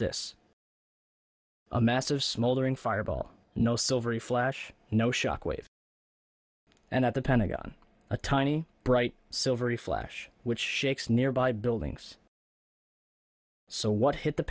this a massive smoldering fireball no silvery flash no shockwave and at the pentagon a tiny bright silvery flash which shakes nearby buildings so what hit the